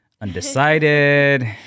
undecided